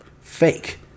fake